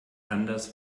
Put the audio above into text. anders